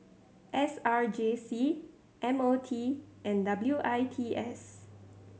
S R J C M O T and W I T S